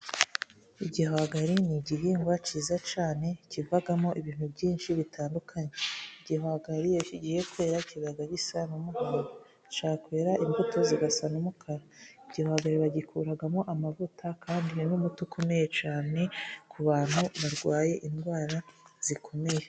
Igihwagari ni igihingwa cyiza cyane, kivamo ibintu byinshi bitandukanye. Igihwagari iyo kigiye kwera kiba gisa n'umuhondo. Cyakwera imbuto zigasa n'umukara. Igihwagari bagikuramo amavuta kandi ni n'umuti ukomeye cyane, ku bantu barwaye indwara zikomeye.